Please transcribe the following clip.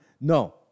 No